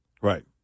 Right